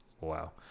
wow